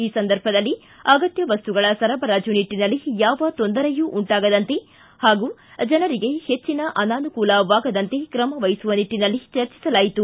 ಈ ಸಂದರ್ಭದಲ್ಲಿ ಅಗತ್ತ ವಸ್ತುಗಳ ಸರಬರಾಜು ನಿಟ್ಟಿನಲ್ಲಿ ಯಾವ ತೊಂದರೆಯೂ ಉಂಟಾಗದಂತೆ ಹಾಗೂ ಜನರಿಗೆ ಹೆಚ್ಚಿನ ಅನಾನುಕೂಲವಾಗದಂತೆ ಕ್ರಮವಹಿಸುವ ನಿಟ್ಟಿನಲ್ಲಿ ಚರ್ಚಿಸಲಾಯಿತು